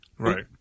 Right